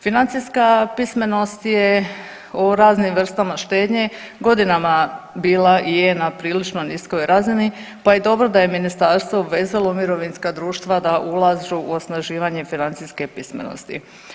Financijska pismenost je o raznim vrstama štednje godinama bila i je na prilično niskoj razini pa je dobro da je ministarstvo obvezalo mirovinska društva da ulažu u osnaživanje financijske pismenosti.